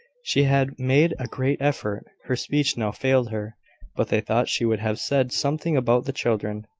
she had made a great effort. her speech now failed her but they thought she would have said something about the children.